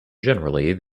generally